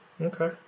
Okay